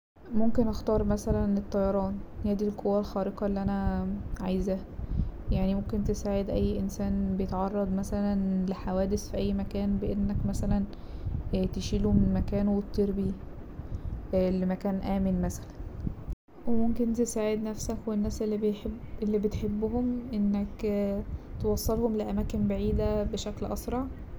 ممكن اختار مثلا الطيران هي دي القوة الخارقة اللي انا عايزاها يعني ممكن تساعد اي إنسان بيتعرض مثلا لحوادث في اي مكان بأنك مثلا تشيله من مكانه وتطير بيه لمكان آمن مثلا وممكن تساعد نفسك والناس اللي بي- بتحبهم انك توصلهم لأماكن بعيدة بشكل أسرع.